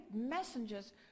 messengers